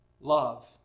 Love